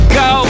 go